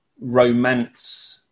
romance